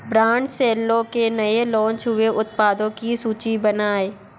brand Cello के नए launch हुए उत्पादों की सूची बनाएँ